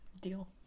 Deal